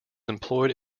employed